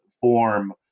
form